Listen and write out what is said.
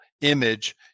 image